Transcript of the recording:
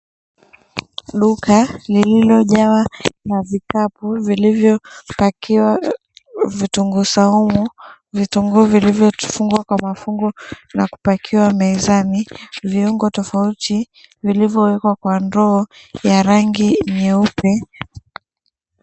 Duka lililojawa na vikapu vilivyopakiwa vitunguu saumu. Vitunguu vilivyofungwa kwa mafungu na kupakiwa mezani. Viungo tofauti vilivyowekwa kwa ndoo ya rangi nyeupe.